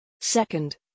Second